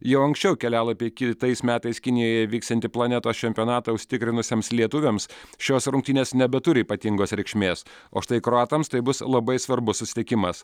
jau anksčiau kelialapį į kitais metais kinijoje vyksiantį planetos čempionatą užsitikrinusiems lietuviams šios rungtynės nebeturi ypatingos reikšmės o štai kroatams tai bus labai svarbus susitikimas